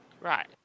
Right